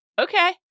Okay